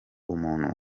umuntu